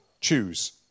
Choose